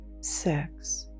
six